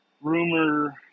rumor